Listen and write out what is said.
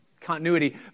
continuity